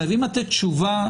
חייבים לתת תשובה.